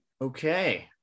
Okay